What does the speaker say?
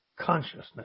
consciousness